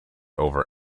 over